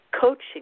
coaching